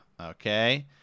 Okay